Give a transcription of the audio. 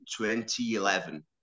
2011